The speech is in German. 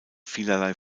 vielerlei